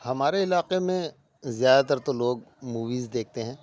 ہمارے علاقے میں زیادہ تر تو لوگ موویز دیکھتے ہیں